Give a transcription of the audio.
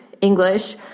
English